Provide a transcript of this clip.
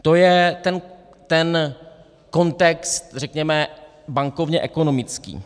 To je ten kontext řekněme bankovně ekonomický.